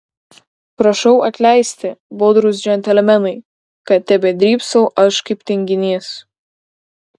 prašau atleisti budrūs džentelmenai kad tebedrybsau aš kaip tinginys